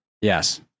Yes